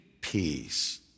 peace